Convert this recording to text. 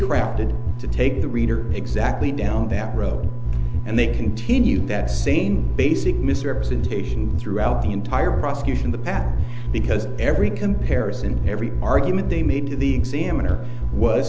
take the reader exactly down that road and they continued that same basic misrepresentation throughout the entire prosecution the past because every comparison every argument they made to the examiner was